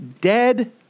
dead